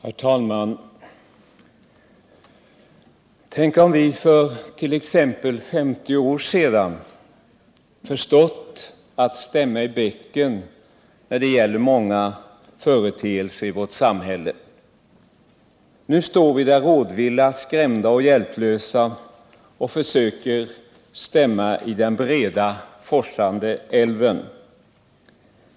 Herr talman! Tänk om vi för t.ex. 50 år sedan förstått att stämma i bäcken när det gäller många företeelser i vårt samhälle. Nu står vi där rådvilla, skrämda och hjälplösa och försöker stämma i den breda forsande älven.